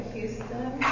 Houston